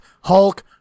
Hulk